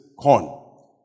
corn